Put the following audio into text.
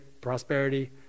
prosperity